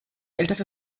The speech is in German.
ältere